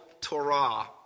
Torah